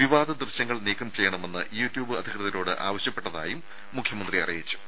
വിവാദ ദൃശ്യങ്ങൾ നീക്കം ചെയ്യണമെന്ന് യുട്യൂബ് അധികൃതരോട് ആവശ്യപ്പെട്ടതായും മുഖ്യമന്ത്രി അറിയിച്ചു